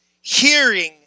Hearing